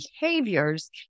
behaviors